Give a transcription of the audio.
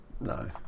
No